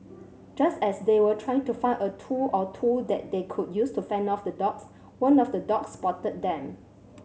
just as they were trying to find a tool or two that they could use to fend off the dogs one of the dogs spotted them